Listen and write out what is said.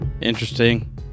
Interesting